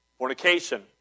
fornication